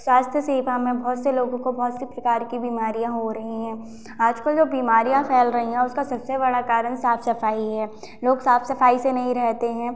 स्वास्थ्य सेवा में बहुत से लोगों को बहुत से प्रकार की बीमारियाँ हो रही हैं आजकल जो बीमारियाँ फैल रही हैं उसका सबसे बड़ा कारण साफ सफाई है लोग साफ सफाई से नहीं रहते हैं